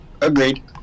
Agreed